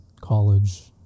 college